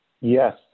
Yes